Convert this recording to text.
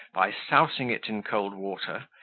by sousing it in cold water,